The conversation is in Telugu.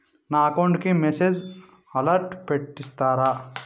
నా అకౌంట్ కి మెసేజ్ అలర్ట్ పెట్టిస్తారా